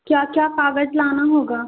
क्या क्या कागज़ लाना होगा